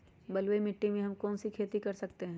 बलुई मिट्टी में हम कौन कौन सी खेती कर सकते हैँ?